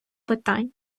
питань